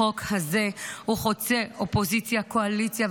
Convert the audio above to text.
החוק הזה חוצה אופוזיציה קואליציה,